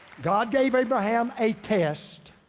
god gave abraham a test.